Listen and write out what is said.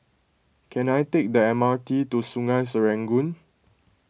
can I take the M R T to Sungei Serangoon